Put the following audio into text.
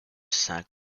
cinq